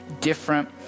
different